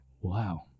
Wow